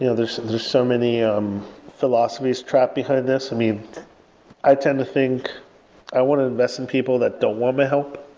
yeah there are so many um philosophies trapped behind this. i tend to think i want to invest in people that don't want my help.